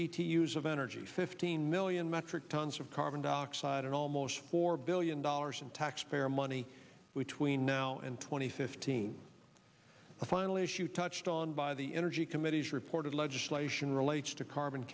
bt use of energy fifteen million metric tons of carbon dioxide and almost four billion dollars in taxpayer money which we now and twenty fifteen the final issue touched on by the energy committee's report of legislation relates to carbon